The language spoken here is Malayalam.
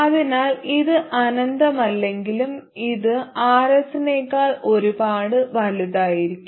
അതിനാൽ ഇത് അനന്തമല്ലെങ്കിലും ഇത് Rs നേക്കാൾ ഒരുപാട് വലുതായിരിക്കും